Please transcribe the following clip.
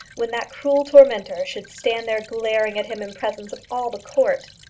when that cruel tormentor should stand there glaring at him in presence of all the court?